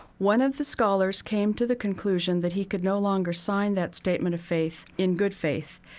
one of the scholars came to the conclusion that he could no longer sign that statement of faith in good faith.